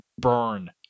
burn